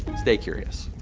stay curious.